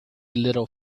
little